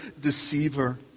deceiver